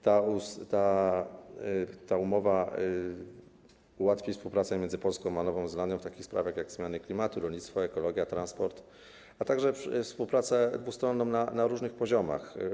Ta umowa ułatwi współpracę między Polską a Nową Zelandią w takich sprawach, jak zmiany klimatu, rolnictwo, ekologia, transport, a także współpracę dwustronną na różnych poziomach.